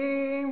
אני,